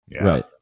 Right